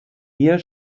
hier